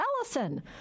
ellison